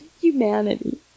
Humanity